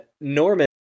Norman